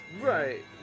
right